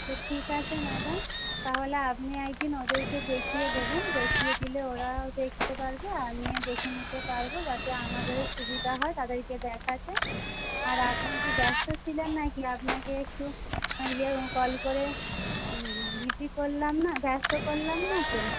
ঠিক আছে ম্যাডাম তাহলে আপনি একদিন ওদেরকে দেখিয়ে দেবেন দেখিয়ে দিলে ওরা দেখতে পারবে আমিও দেখে নিতে পারবো যাতে আমাদেরও সুবিধা হয় তাদেরকে দেখাতে আর আপনি কি ব্যস্ত ছিলেন নাকি আপনাকে একটু কল করে বিজি করলাম না ব্যস্ত করলাম না তো